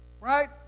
right